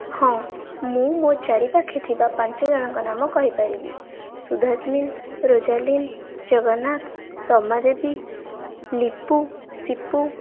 ହଁ ମୁଁ ଚାରିପାଖେ ଥିବା ପାଞ୍ଚଜଣଙ୍କ ନାମ କହିପାରିବି ସୁଧାସ୍ମିନ୍ ରୋଜାଲିନ୍ ଜଗନ୍ନାଥ ରମାଦେବୀ ଲିପୁ ସିପୁ